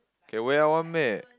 can wear out one meh